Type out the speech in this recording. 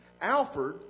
Alfred